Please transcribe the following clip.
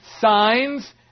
signs